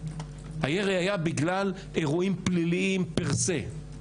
הירי היה בגלל אירועים פליליים פר-סה,